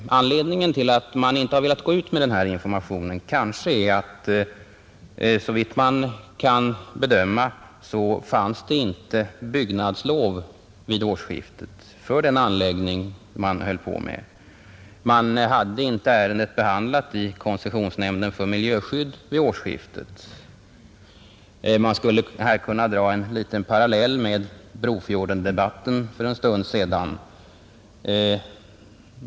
Anledningen till att man inte har velat gå ut med denna information är kanske att det, såvitt jag kan bedöma, inte fanns byggnadslov vid årsskiftet för den anläggning man höll på med. Man hade heller inte behandlat ärendet i koncessionsnämnden för miljöskydd vid årsskiftet. Vi skulle här kunna dra en liten parallell med Brofjordendebatten för en liten stund sedan.